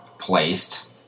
placed